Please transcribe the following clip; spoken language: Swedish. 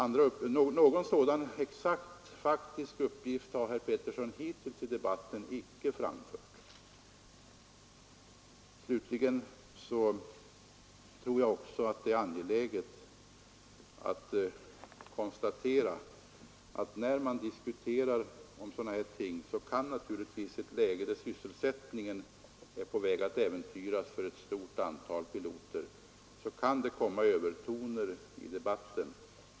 Någon exakt sådan uppgift har herr Petersson hittills i debatten icke framfört. Slutligen tror jag att det är angeläget att konstatera, när man diskuterar sådana här ting, att det i ett läge där sysselsättningen är på väg att äventyras för ett stort antal piloter kan komma in övertoner i debatten.